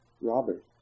Robert